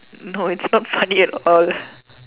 no it's not funny at all